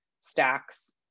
stacks